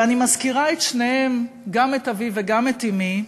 ואני מזכירה את שניהם, גם את אבי וגם את אמי,